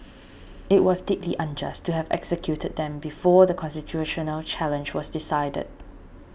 it was deeply unjust to have executed them before the constitutional challenge was decided